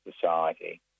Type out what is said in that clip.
society